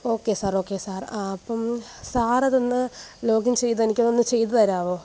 okay sir okay sir അപ്പോള് സാറിതൊന്ന് login ചെയ്ത് എനിക്കിതൊന്ന് ചെയ്തു തരാമോ